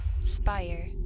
spire